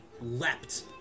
leapt